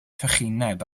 trychineb